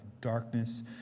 darkness